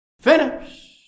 Finish